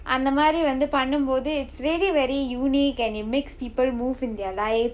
அந்த மாதிரி வந்து பண்ணும்போது:antha maathiri vanthu pannumpothu it's really very unique and it makes people move in their life